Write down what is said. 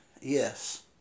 Yes